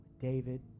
David